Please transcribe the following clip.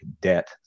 debt